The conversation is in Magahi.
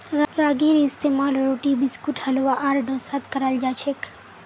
रागीर इस्तेमाल रोटी बिस्कुट हलवा आर डोसात कराल जाछेक